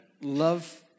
love